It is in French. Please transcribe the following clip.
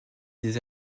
des